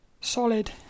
solid